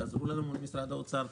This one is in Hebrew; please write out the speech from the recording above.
תעזרו לנו מול משרד האוצר,